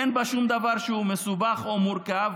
אין בה שום דבר שהוא מסובך או מורכב,